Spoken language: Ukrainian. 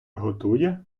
готує